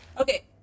Okay